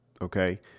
Okay